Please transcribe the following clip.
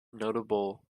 notable